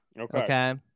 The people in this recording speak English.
Okay